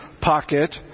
pocket